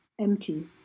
empty